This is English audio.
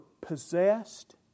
possessed